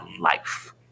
life